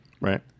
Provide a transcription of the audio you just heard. Right